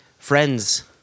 Friends